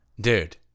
Dude